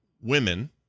women